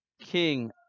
king